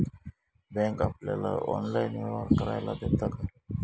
Bank आपल्याला online व्यवहार करायला देता काय?